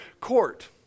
court